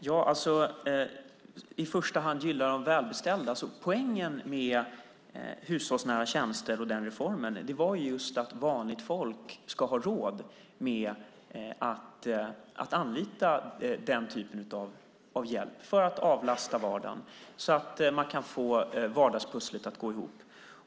Fru talman! När det gäller att vi i första hand skulle gynna de välbeställda vill jag säga att poängen med reformen med hushållsnära tjänster var just att vanligt folk skulle ha råd att anlita den typen av hjälp för att få avlastning i vardagen så att man kunde få vardagspusslet att gå ihop.